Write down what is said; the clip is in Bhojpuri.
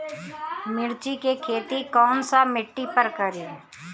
मिर्ची के खेती कौन सा मिट्टी पर करी?